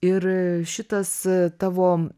ir šitas tavo